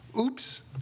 Oops